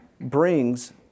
brings